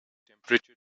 temperature